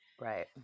Right